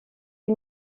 die